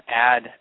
add